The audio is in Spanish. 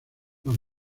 los